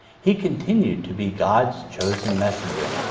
he continued to be god's chosen messenger.